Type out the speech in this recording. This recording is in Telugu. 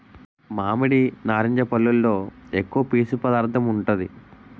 మామిడి, నారింజ పల్లులో ఎక్కువ పీసు పదార్థం ఉంటాది